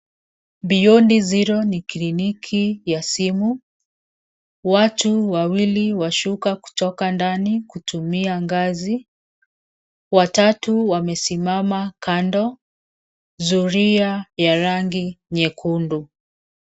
Beyond Zero ni kliniki ya simu. Watu wawili wanashuka kutoka ndani, wakitumia ngazi. Watatu wamesimama kando. Zulia ni ya rangi nyekundu.